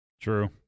True